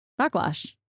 backlash